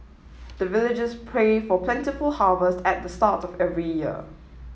the villagers pray for plentiful harvest at the start of every year